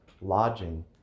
lodging